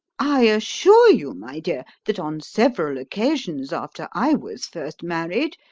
i assure you, my dear, that on several occasions after i was first married,